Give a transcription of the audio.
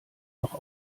noch